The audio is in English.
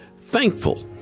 thankful